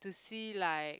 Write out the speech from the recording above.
to see like